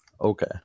Okay